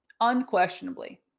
unquestionably